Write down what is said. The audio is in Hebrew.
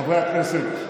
חברי הכנסת,